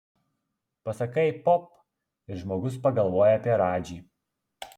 pasakai pop ir žmogus pagalvoja apie radžį